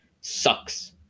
sucks